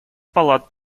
палат